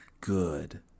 good